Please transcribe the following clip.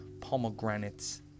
pomegranates